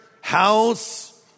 house